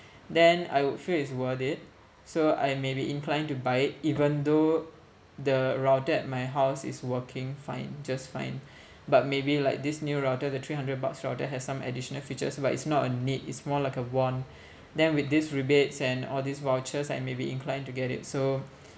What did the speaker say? then I would feel it's worth it so I may be inclined to buy it even though the router at my house is working fine just fine but maybe like this new router the three hundred bucks router has some additional features but it's not a need it's more like a want then with these rebates and all these vouchers I may be inclined to get it so